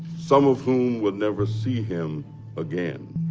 some of whom will never see him again.